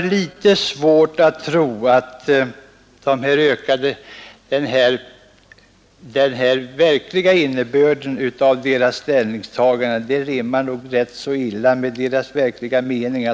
Detta argument att de små skulle få det bättre rimmar nog ganska illa med verkligheten.